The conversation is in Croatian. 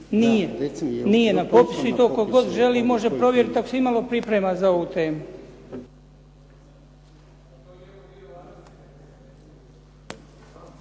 Nije, nije na popisu i to tko god želi može provjeriti ako se imalo priprema za ovu temu.